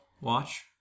watch